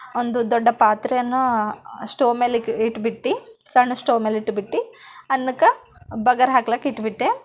ಒಂದು ದೊಡ್ಡ ಪಾತ್ರೆಯನ್ನು ಸ್ಟೋವ್ ಮೇಲೆ ಇಟ್ಬಿಟ್ಟು ಸಣ್ಣ ಸ್ಟೋವ್ ಮೇಲೆ ಇಟ್ಬಿಟ್ಟು ಅನ್ನಕ್ಕೆ ಬಗಾರ್ ಹಾಕ್ಲಿಕ್ಕೆ ಇಟ್ಬಿಟ್ಟೆ